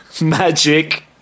Magic